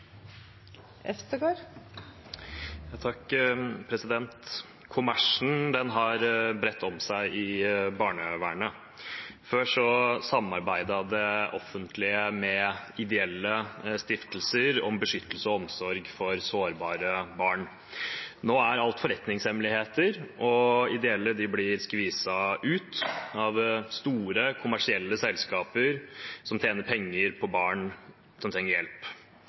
har bredd seg i barnevernet. Før samarbeidet det offentlige med ideelle stiftelser om beskyttelse og omsorg for sårbare barn. Nå er alt forretningshemmeligheter, og ideelle blir skviset ut av store kommersielle selskaper som tjener penger på barn som trenger hjelp.